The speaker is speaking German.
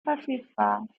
verfügbar